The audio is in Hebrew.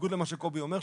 בניגוד למה שקובי אומר,